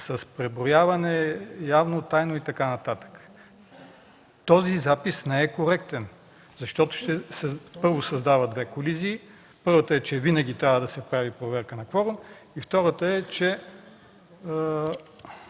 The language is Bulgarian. с преброяване – явно, тайно и така нататък. Този запис не е коректен, защото създава две колизии. Първата е, че винаги трябва да се прави проверка на кворума, а втората е, че